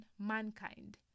mankind